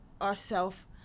ourself